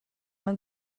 mewn